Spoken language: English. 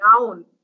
down